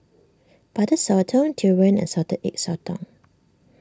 Butter Sotong Durian and Salted Egg Sotong